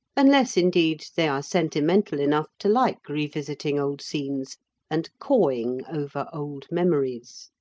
unless indeed they are sentimental enough to like revisiting old scenes and cawing over old memories.